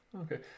okay